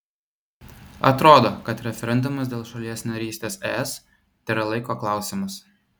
atrodo kad referendumas dėl šalies narystės es tėra laiko klausimas